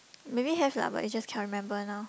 maybe have lah but I just can't remember now